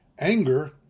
Anger